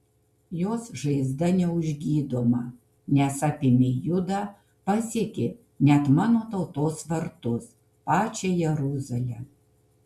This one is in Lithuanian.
jos žaizda neužgydoma nes apėmė judą pasiekė net mano tautos vartus pačią jeruzalę